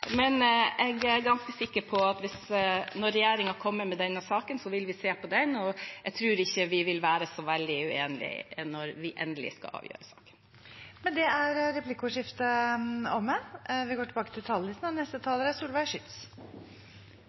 jeg er ganske sikker på at når regjeringen kommer med denne saken, så vil vi se på den. Og jeg tror ikke vi vil være så veldig uenige når dette skal endelig avgjøres. Replikkordskiftet er omme. Helt siden midten av 1800-tallet har Venstre-folk hatt skole i blodet. Stortingsmeldingen Tett på – tidlig innsats og